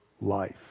life